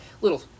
Little